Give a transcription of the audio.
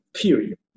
period